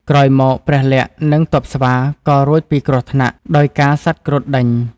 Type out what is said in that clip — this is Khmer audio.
ក្រោយមក ព្រះលក្សណ៍ និងទព័ស្វា ក៏រួចពីគ្រោះថ្នាក់ ដោយការសត្វគ្រុឌដេញ។